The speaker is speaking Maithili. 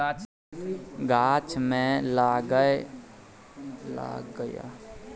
गाछ मे लागय बला कीड़ा सँ बचेबाक लेल नीमक पात सँ बनल खादक प्रयोग सेहो कएल जाइ छै